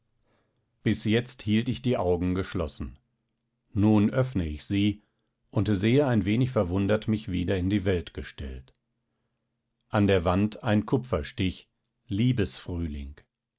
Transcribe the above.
bis jetzt hielt ich die augen geschlossen nun öffne ich sie und sehe ein wenig verwundert mich wieder in die welt gestellt an der wand ein kupferstich liebesfrühling